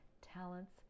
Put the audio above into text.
talents